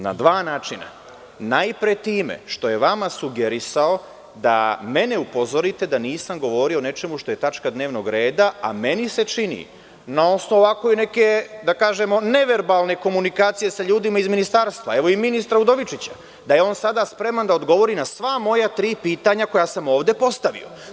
Na dva načina, najpre time što je vama sugerisao da mene upozorite da nisam govorio o nečemu što nije tačka dnevnog reda, a meni se čini, na osnovu ove neke, da kažem neverbalne komunikacije sa ljudima iz Ministarstva odbrane, evo i ministra Udovičića, da je on sada spreman da odgovori na sva moja tri pitanja koja sam ovde postavio.